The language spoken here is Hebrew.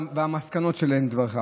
והמסקנות שלהם אחרות.